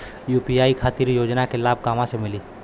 UP खातिर के योजना के लाभ कहवा से मिली?